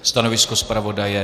Stanovisko zpravodaje?